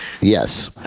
Yes